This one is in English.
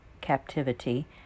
captivity